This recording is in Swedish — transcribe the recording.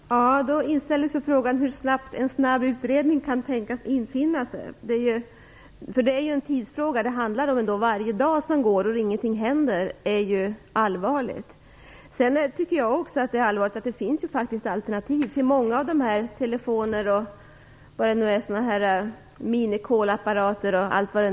Fru talman! Då inställer sig frågan hur snabbt en snabb utredning kan tänkas komma till stånd. Detta är en tidsfråga. Varje dag som går utan att någonting händer är betänklig. Jag tycker också att det är allvarligt att man inte använder de fullgoda alternativ som i dag faktiskt finns till många batteridrivna telefoner, minicallapparater osv.